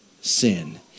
sin